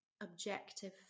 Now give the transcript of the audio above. objective